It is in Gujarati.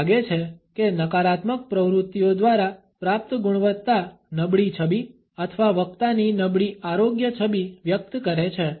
એવું લાગે છે કે નકારાત્મક પ્રવૃત્તિઓ દ્વારા પ્રાપ્ત ગુણવત્તા નબળી છબી અથવા વક્તાની નબળી આરોગ્ય છબી વ્યક્ત કરે છે